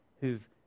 who've